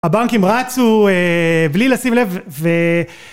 הבנקים רצו, אה... בלי לשים לב ו... ו...